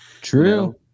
True